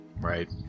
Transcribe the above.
right